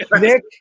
Nick